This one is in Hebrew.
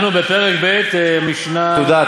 אנחנו בפרק ב' משנה, תודה.